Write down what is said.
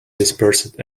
dispersed